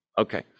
Okay